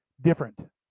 different